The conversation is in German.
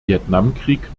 vietnamkrieg